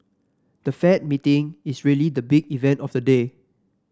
the Fed meeting is really the big event of the day